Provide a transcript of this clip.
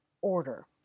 order